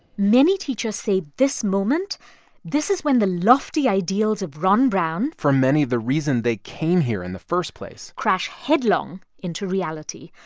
many teachers say this moment this is when the lofty ideals of ron brown. for many, the reason they came here in the first place. crash headlong into reality.